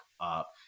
up